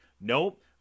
Nope